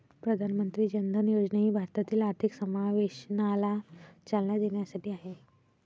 प्रधानमंत्री जन धन योजना ही भारतातील आर्थिक समावेशनाला चालना देण्यासाठी आहे